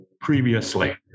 previously